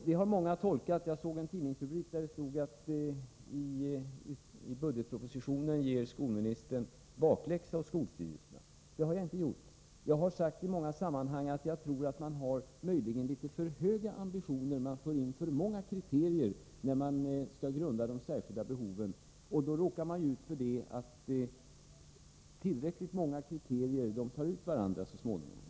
Detta har många tolkat — jag såg t.ex. en tidningsrubrik — som att skolministern i budgetpropositionen ger bakläxa åt skolstyrelserna. Men det har jag inte gjort. Jag har sagt i många sammanhang att jag tror att man möjligen har litet för höga ambitioner och för in för många kriterier på de särskilda behoven, och då råkar man så småningom ut för att kriterier tar ut varandra.